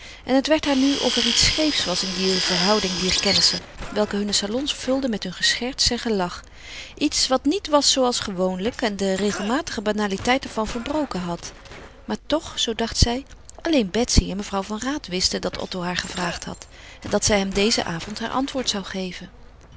en het werd haar nu of er iets scheefs was in de verhouding dier kennissen welke hunne salons vulden met hun gescherts en gelach iets wat niet was zooals gewoonlijk en de regelmatige banaliteit ervan verbroken had maar toch zoo dacht zij alleen betsy en mevrouw van raat wisten dat otto haar gevraagd had en dat zij hem dezen avond haar antwoord zou geven